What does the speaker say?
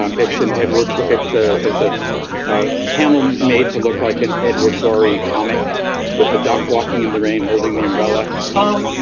um it's an edward. it's a it's ah a panel made to look like an edward gorey comic with the duck walking in the rain holding the umbrella oh,